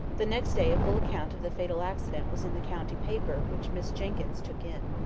the next day a full account of the fatal accident was in the county paper which miss jenkyns took in.